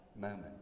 moment